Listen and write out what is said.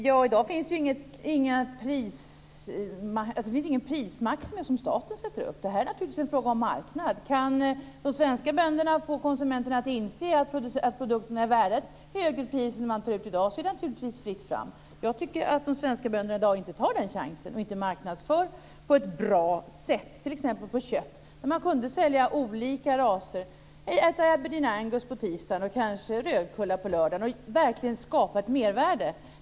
Fru talman! I dag finns det inte någon av staten uppsatt prismarknad, men det är en fråga om marknad. Kan de svenska bönderna få konsumenterna att inse att produkterna är värda ett högre pris än man tar ut i dag, är det naturligtvis fritt fram. Jag tycker att de svenska bönderna i dag inte tar chansen att på ett bra sätt marknadsföra sina produkter, t.ex. kött. Man kunde sälja kött av olika raser, exempelvis aberdeen angus på tisdagen och kanske rödkulla på lördagen, och därmed verkligen skapa ett mervärde.